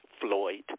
Floyd